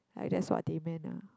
like that's what they meant ah